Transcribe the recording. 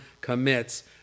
commits